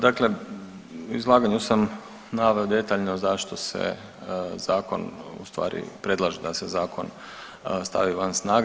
Dakle, u izlaganju sam naveo detaljno zašto se zakon u stvari predlaže da se zakon stavi van snage.